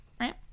right